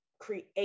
create